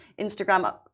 Instagram